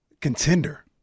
contender